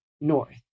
north